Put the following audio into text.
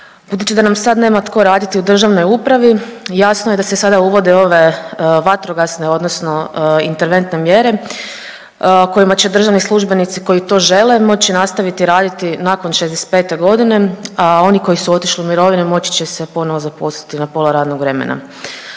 Budući da nam sad nema tko raditi u državnoj upravi jasno je da se sada uvode ove vatrogasne odnosno interventne mjere kojima će državni službenici koji to žele moći nastaviti raditi nakon 65.g., a oni koji su otišli u mirovinu moći će se ponovo zaposliti na pola radnog vremena.